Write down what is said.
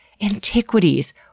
antiquities